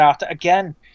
Again